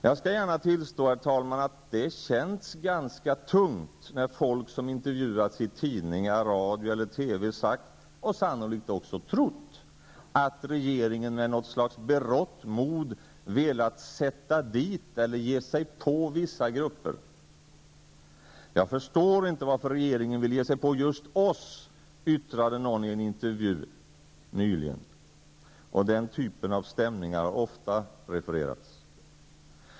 Jag skall gärna tillstå, herr talman, att det har känts ganska tungt när folk som intervjuats i tidningar, radio eller TV har sagt -- och sannolikt också trott -- att regeringen med något slags berått mod velat sätta dit eller ge sig på vissa grupper. Jag förstår inte varför regeringen vill ge sig på just oss, yttrade någon i en intervju nyligen, och den typen av stämningar har ofta refererats.